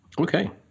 Okay